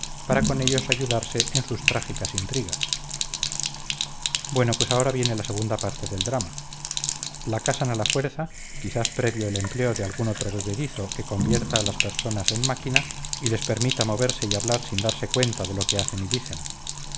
para con ellos ayudarse en sus trágicas intrigas bueno pues ahora viene la segunda parte del drama la casan a la fuerza quizás previo el empleo de algún otro bebedizo que convierta a las personas en máquina y les permita moverse y hablar sin darse cuenta de lo que hacen y dicen